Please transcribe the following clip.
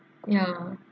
ya